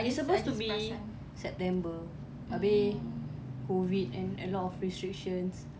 it's supposed to be september abeh COVID and a lot of restrictions